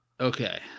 Okay